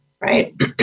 Right